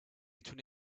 between